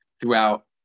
throughout